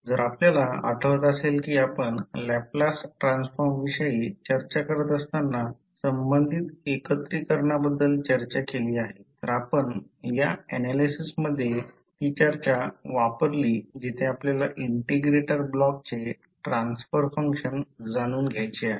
जर आपल्याला आठवत असेल की आपण लॅपलास ट्रान्सफॉर्म विषयी चर्चा करत असताना संबंधित एकत्रीकरणाबद्दल चर्चा केली आहे तर आपण या एनालिसिसमध्ये ती चर्चा वापरली जेथे आपल्याला इंटिग्रेटर ब्लॉकचे ट्रान्सफर फंक्शन जाणून घ्यायचे आहे